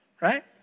right